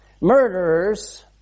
Murderers